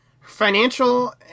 financial